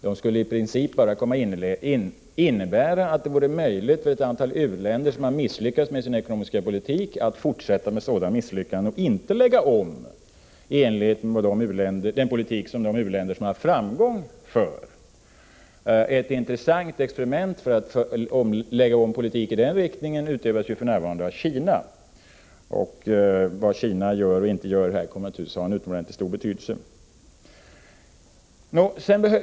Det skulle i princip enbart innebära att det skulle bli möjligt för ett antal u-länder som har misslyckats med sin ekonomiska politik att fortsätta med sådana misslyckanden, utan någon omläggning i enlighet med den politik som förts av de u-länder som har haft framgång. Ett intressant experiment att lägga om politiken i bättre riktning genomförs för närvarande av Kina. Vad Kina gör och inte gör i detta avseende kommer naturligtvis att ha en utomordentligt stor betydelse.